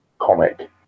comic